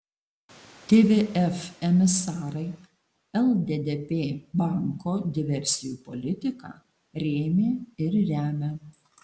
tvf emisarai lddp banko diversijų politiką rėmė ir remia